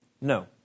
No